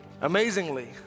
Amazingly